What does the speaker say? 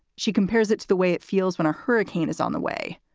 she compares it to the way it feels when a hurricane is on the way.